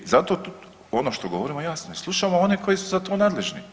Zato ono što govorimo jasno je, slušamo one koji su za to nadležni.